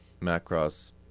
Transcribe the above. Macross